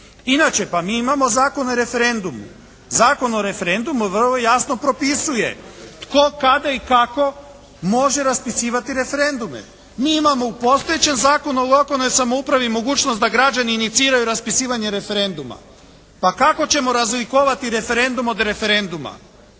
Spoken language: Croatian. Inače pa mi imamo Zakon o referendumu. Zakon o referendumu vrlo jasno propisuje tko, kada i kako može raspisivati referendume. Mi imamo u postojećem Zakonu o lokalnoj samoupravi mogućnost da građani iniciraju raspisivanje referenduma. Pa kako ćemo razlikovati referendum od referenduma?